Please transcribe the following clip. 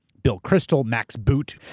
bill kristol, max boot,